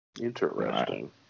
Interesting